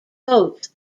votes